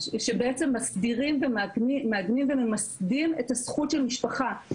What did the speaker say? שבעצם מסדירים ומעגנים וממסדים את זכות של משפחה,